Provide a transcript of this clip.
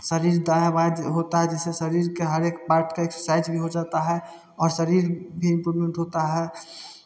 शरीर दायाँ बायाँ ज होता है जिससे शरीर के हर एक पार्ट का एक्सरसाइज भी हो जाता है और शरीर भी इम्प्रूवमेंट होता है